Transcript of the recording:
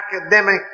academic